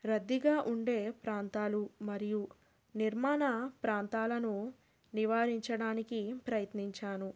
రద్దీగా ఉండే ప్రాంతాలు మరియు నిర్మాణ ప్రాంతాలను నివారించడానికి ప్రయత్నించాను